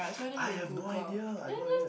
I have no idea I have no idea